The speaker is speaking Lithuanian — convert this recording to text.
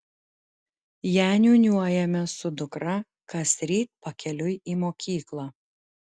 ją niūniuojame su dukra kasryt pakeliui į mokyklą